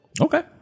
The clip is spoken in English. Okay